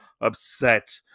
upset